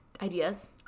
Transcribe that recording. ideas